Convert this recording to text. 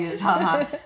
haha